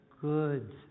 good